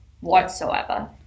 whatsoever